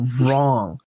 wrong